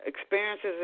experiences